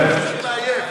זה נלוז.